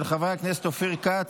של חבר הכנסת אופיר כץ,